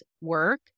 work